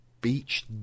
Beach